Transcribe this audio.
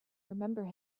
remember